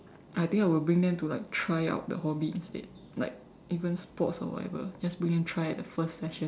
I think I will bring them to like try out the hobby instead like even sports or whatever just bring them try out the first session